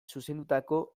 zuzendutako